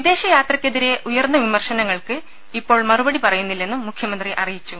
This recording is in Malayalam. വിദേശയാത്രയ്ക്കെതിരെ ഉയർന്ന വിമർശനങ്ങൾക്ക് ഇപ്പോൾ മറുപടി പറയുന്നില്ലെന്നും മുഖ്യമന്ത്രി അറിയി ച്ചു